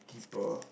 deeper